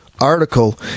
article